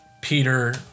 Peter